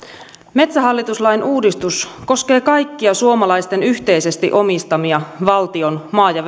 metsähallitus lain uudistus koskee kaikkia suomalaisten yhteisesti omistamia valtion maa ja